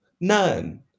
none